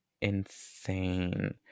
insane